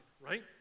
Right